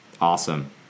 Awesome